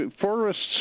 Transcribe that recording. forests